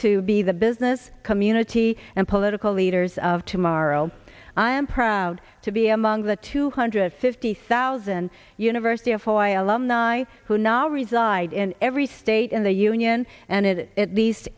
to be the business community and political leaders of tomorrow i am proud to be among the two hundred fifty thousand university of hawaii alumni who not reside in every state in the union and at least